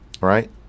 Right